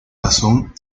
tazón